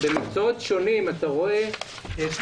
במקצועות השונים אתה רואה את